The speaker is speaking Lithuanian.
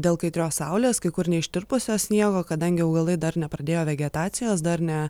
dėl kaitrios saulės kai kur neištirpusio sniego kadangi augalai dar nepradėjo vegetacijos dar ne